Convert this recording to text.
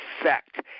effect